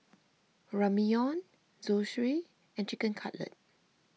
Ramyeon Zosui and Chicken Cutlet